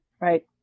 Right